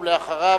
ולאחריו,